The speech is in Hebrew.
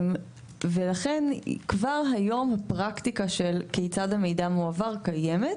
ולכן כבר היום הפרקטיקה של כיצד במידע מועבר היא קיימת.